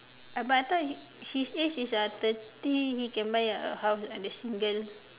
uh but I thought his age is uh thirty he can buy a house under single